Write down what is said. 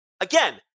Again